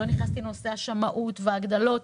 עוד לא נכנסתי לנושא השמאות וההגדלות.